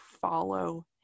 follow